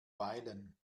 feilen